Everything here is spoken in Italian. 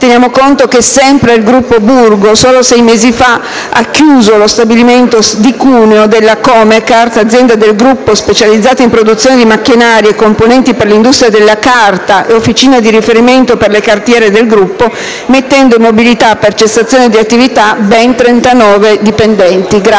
Teniamo conto che sempre la Burgo solo sei mesi fa ha chiuso lo stabilimento di Cuneo della Comecart, azienda del gruppo specializzata in produzione di macchinari e componenti per l'industria della carta e officina di riferimento per le cartiere Burgo, mettendo in mobilità per cessazione di attività ben 39 dipendenti.